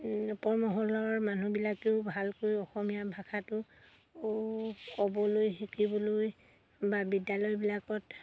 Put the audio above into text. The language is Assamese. ওপৰ মহলৰ মানুহবিলাকেও ভালকৈ অসমীয়া ভাষাটো ও ক'বলৈ শিকিবলৈ বা বিদ্যালয়বিলাকত